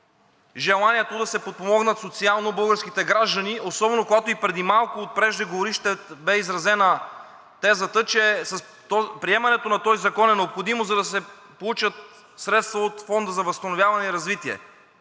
желанието да се подпомогнат социално българските граждани, особено когато и преди малко от преждеговорившите бе изразена тезата, че приемането на този закон е необходимо, за да се получат средства от Фонда за възстановяване, развитие